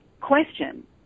question